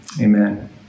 amen